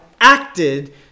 acted